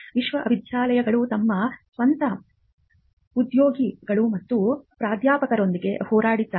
ವಿಶ್ವವಿದ್ಯಾನಿಲಯಗಳು ತಮ್ಮ ಸ್ವಂತ ಉದ್ಯೋಗಿಗಳು ಮತ್ತು ಪ್ರಾಧ್ಯಾಪಕರೊಂದಿಗೆ ಹೋರಾಡಿದ್ದಾರೆ